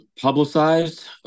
publicized